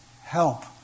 help